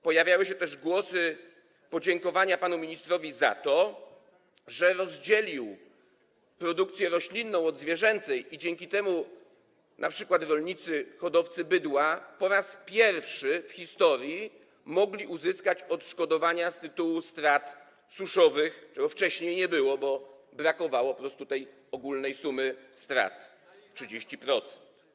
Pojawiały się też podziękowania dla pana ministra za to, że rozdzielił produkcję roślinną i zwierzęcą i dzięki temu np. rolnicy hodowcy bydła po raz pierwszy w historii mogli uzyskać odszkodowania z tytułu strat suszowych, czego wcześniej nie było, bo po prostu brakowało tej ogólnej sumy strat, 30%.